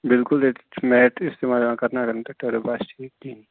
بِلکُل ییٚتٮ۪تھ چھِ میٹ اِستعمال یِوان کَرنہٕ اگر نہٕ تہٕ ٹرٕپ آسہِ ٹھیٖکِ کِہیٖنٛۍ